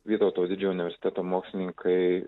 vytauto didžiojo universiteto mokslininkai